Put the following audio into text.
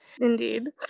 Indeed